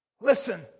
Listen